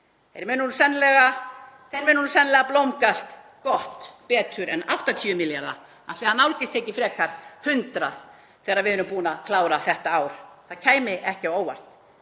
Þeir munu sennilega blómgast um gott betur en 80 milljarða, ætli það nálgist ekki frekar 100 þegar við erum búin að klára þetta ár? Það kæmi ekki á óvart.